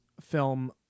film